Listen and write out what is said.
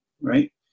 right